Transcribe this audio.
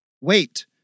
Wait